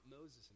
Moses